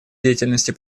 деятельности